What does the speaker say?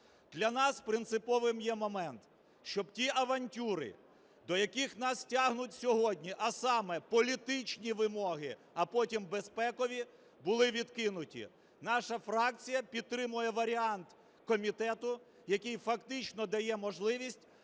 Для нас принциповим є момент, щоб ті авантюри, до яких нас тягнуть сьогодні, а саме політичні вимоги, а потім безпекові, були відкинуті. Наша фракція підтримує варіант комітету, який фактично дає можливість